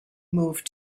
moved